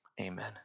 amen